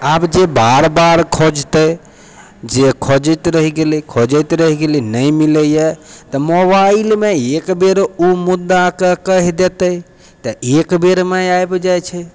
आब जे बार बार खोजतै जे खोजैते रहि गेलै खोजैते रही गेलै नहि मिलैए तऽ मोबाइलमे एक बेर ओ मुद्दाके कहि देतै तऽ एकबेरमे ओ आबि जाइ छै